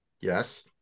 yes